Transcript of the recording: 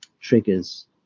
triggers